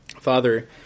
Father